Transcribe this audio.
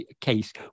case